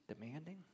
demanding